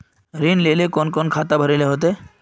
ऋण लेल कोन कोन खाता भरेले होते?